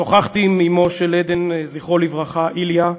שוחחתי עם אמו של עדן, זכרו לברכה, איליה,